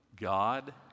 God